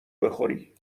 بخوری